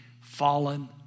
fallen